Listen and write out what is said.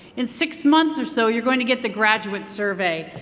in six months or so, you're going to get the graduate survey,